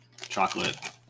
chocolate